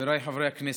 חבריי חברי הכנסת,